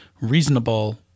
reasonable